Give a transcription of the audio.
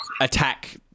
attack